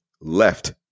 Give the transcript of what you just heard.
left